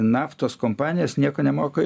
naftos kompanijas nieko nemoka